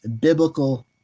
biblical